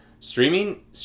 streaming